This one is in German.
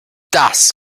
das